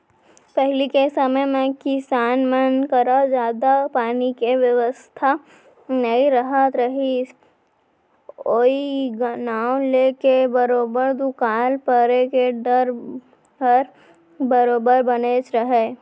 पहिली के समे म किसान मन करा जादा पानी के बेवस्था नइ रहत रहिस ओई नांव लेके बरोबर दुकाल परे के डर ह बरोबर बनेच रहय